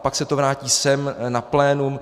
Pak se to vrátí sem na plénum.